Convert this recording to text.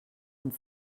und